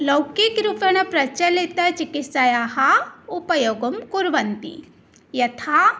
लौकिकरूपेण प्रचलितचिकित्सायाः उपयोगं कुर्वन्ति यथा